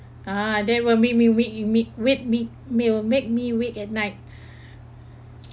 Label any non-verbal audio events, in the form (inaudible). ah that will make me wake you me wake me will make me wake at night (breath)